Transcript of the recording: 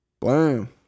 blam